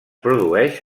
produeix